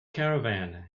caravan